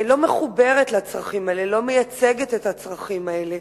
לא מחוברת לצרכים האלה, לא מייצגת את הצרכים האלה.